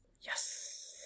Yes